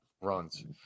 runs